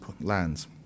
lands